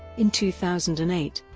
in two thousand and eight,